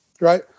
Right